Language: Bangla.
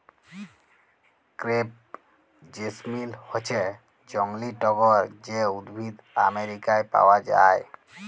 ক্রেপ জেসমিল হচ্যে জংলী টগর যে উদ্ভিদ আমেরিকায় পাওয়া যায়